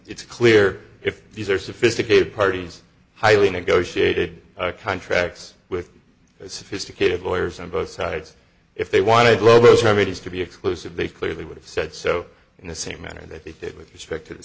it's clear if these are sophisticated parties highly negotiated contracts with sophisticated lawyers on both sides if they wanted lobotomies to be exclusive they clearly would have said so in the same manner that they did with respect to the